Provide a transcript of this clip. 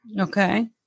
Okay